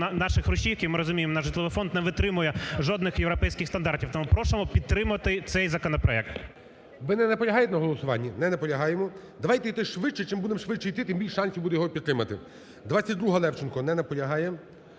наш житловий фонд не витримує жодних європейських стандартів. Тому просимо підтримати цей законопроект. ГОЛОВУЮЧИЙ. Ви не наполягаєте на голосуванні? Не наполягаєте. Давайте йти швидше, чим будемо швидше йти, тим більше шансів буде його підтримати. 22-а, Левченко. Не наполягає.